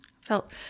felt